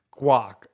guac